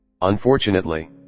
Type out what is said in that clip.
Unfortunately